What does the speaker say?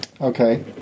Okay